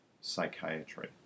psychiatry